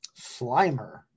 Slimer